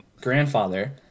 Grandfather